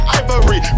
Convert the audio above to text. ivory